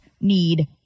need